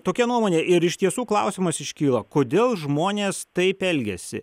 tokia nuomonė ir iš tiesų klausimas iškyla kodėl žmonės taip elgiasi